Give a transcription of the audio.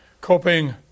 Coping